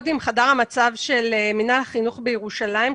עם חדר המצב של מינהל החינוך בירושלים.